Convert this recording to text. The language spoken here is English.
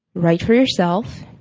write for yourself,